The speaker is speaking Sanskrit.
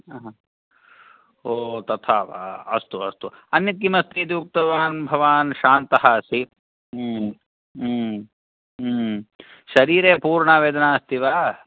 ओ तथा वा अस्तु अस्तु अन्यत् किम् अस्ति इति उक्तवान् भवान् शान्तः आसीत् शरीरे पूर्णा वेदना अस्ति वा